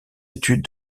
études